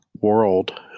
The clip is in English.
world